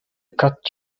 cut